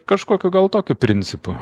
kažkokiu gal tokiu principu